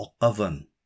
oven